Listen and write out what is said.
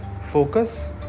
focus